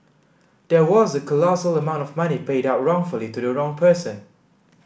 there was a colossal amount of money paid out wrongfully to the wrong person